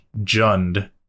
Jund